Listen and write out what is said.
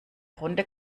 runde